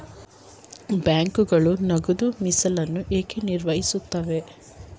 ಬ್ಯಾಂಕುಗಳು ನಗದು ಮೀಸಲನ್ನು ಏಕೆ ನಿರ್ವಹಿಸುತ್ತವೆ?